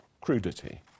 crudity